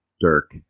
dirk